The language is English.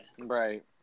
right